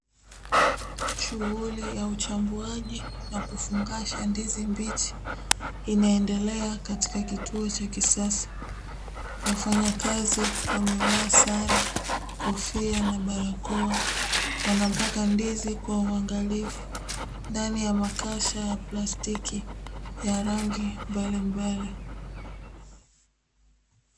Shughuli ya uchambuaji na kufungasha ndizi mbichi inaendelea katika kituo cha kisasa, wafanyakazi wamevaa sare, kofia na barakoa wanapanga ndizi kwa uangalifu ndani ya makasha ya plastiki ya rangi mbalimbali.